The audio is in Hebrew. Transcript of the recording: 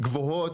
גבוהות,